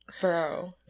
bro